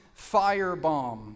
firebomb